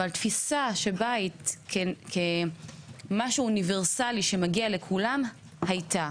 אבל תפיסה של בית כמשהו אוניברסלי שמגיע לכולם הייתה